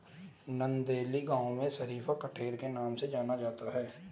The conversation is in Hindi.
नंदेली गांव में शरीफा कठेर के नाम से जाना जाता है